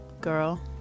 girl